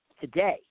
today